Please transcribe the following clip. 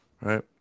Right